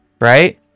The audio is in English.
right